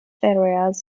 areas